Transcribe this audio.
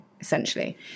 essentially